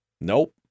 Nope